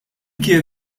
kien